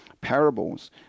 parables